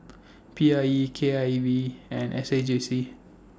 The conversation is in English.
P I E K I V and S A J C